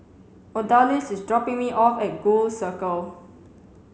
Odalys is dropping me off at Gul Circle